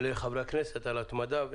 לחברי הכנסת על התמדה.